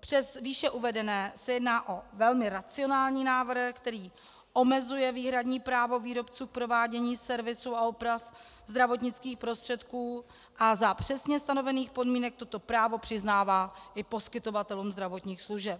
přes výše uvedené se jedná o velmi racionální návrh, který omezuje výhradní právo výrobců k provádění servisu a oprav zdravotnických prostředků a za přesně stanovených podmínek toto právo přiznává i poskytovatelům zdravotních služeb.